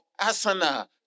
Asana